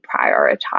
prioritize